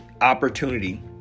opportunity